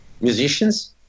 Musicians